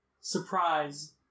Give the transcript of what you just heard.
Surprise